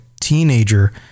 teenager